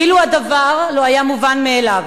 כאילו הדבר לא היה מובן מאליו.